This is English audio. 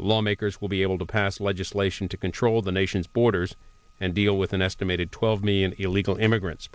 lawmakers will be able to pass legislation to control the nation's borders and deal with an estimated twelve million illegal immigrants